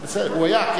הוא היה.